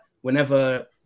whenever